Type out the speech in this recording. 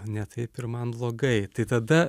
ne taip ir man blogai tai tada